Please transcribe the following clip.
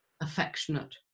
affectionate